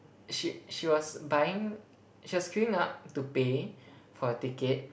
she she was buying she was queuing up to pay for a ticket